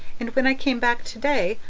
and when i came back today,